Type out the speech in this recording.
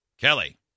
Kelly